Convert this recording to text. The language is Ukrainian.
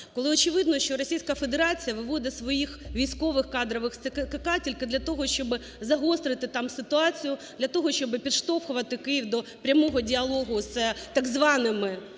коли очевидно, що Російська Федерація виводить своїх військових кадрових з СЦКК тільки для того, щоб загострити там ситуацію, для того, щоб підштовхувати Київ до прямого діалогу з так званими